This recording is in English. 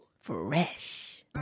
fresh